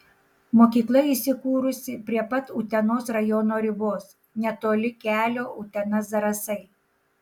mokykla įsikūrusi prie pat utenos rajono ribos netoli kelio utena zarasai